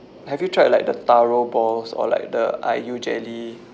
have you tried like the taro balls or like the ai yu jelly